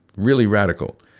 really radical.